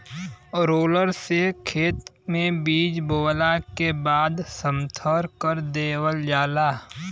roller से खेत में बीज बोवला के बाद समथर कर देवल जाला